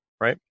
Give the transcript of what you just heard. right